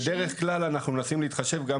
אז בדרך כלל אנחנו מנסים להתחשב גם